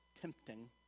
tempting